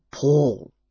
Paul